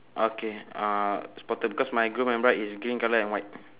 okay uh spotted because my groom and bride is green colour and white